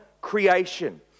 creation